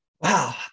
Wow